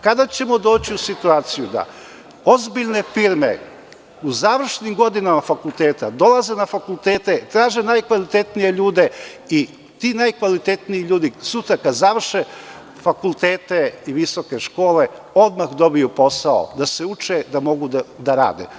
Kada ćemo doći u situaciju da ozbiljne firme u završnim godinama fakulteta dolaze na fakultete, traže najkvalitetnije ljude i ti najkvalitetniji ljudi sutra, kada završe fakultete i visoke škole, odmah dobiju posao, da se uče i da mogu da rade.